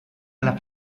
alla